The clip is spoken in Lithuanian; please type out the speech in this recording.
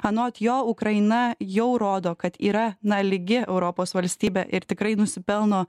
anot jo ukraina jau rodo kad yra na lygi europos valstybė ir tikrai nusipelno